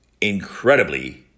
incredibly